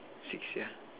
six yeah